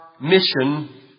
mission